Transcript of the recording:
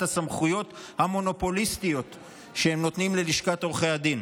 הסמכויות המונופוליסטיות שהם נותנים ללשכת עורכי הדין.